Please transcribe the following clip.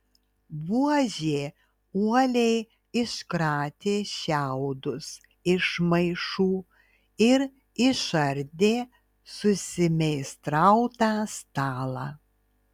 buožė uoliai iškratė šiaudus iš maišų ir išardė susimeistrautą stalą